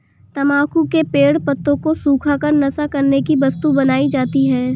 तम्बाकू के पेड़ पत्तों को सुखा कर नशा करने की वस्तु बनाई जाती है